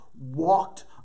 walked